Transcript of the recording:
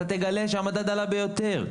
אתה תגלה שהמדד עלה ביותר.